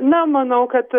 na manau kad